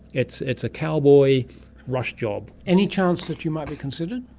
it's it's a cowboy rush-job. any chance that you might be considered?